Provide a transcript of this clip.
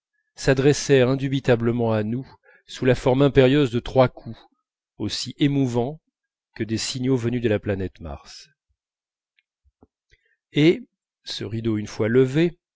s'adressèrent indubitablement à nous sous la forme impérieuse de trois coups aussi émouvants que des signaux venus de la planète mars et ce rideau une fois levé